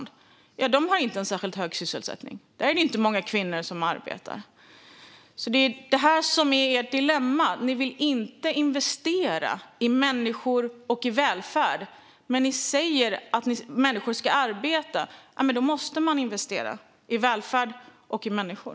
De har inte särskilt hög sysselsättning. Där är det inte många kvinnor som arbetar. Det är detta som är dilemmat. Ni vill inte investera i människor och i välfärd. Ni säger att människor ska arbeta. Men då måste man investera i välfärd och i människor.